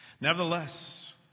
Nevertheless